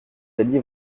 alliez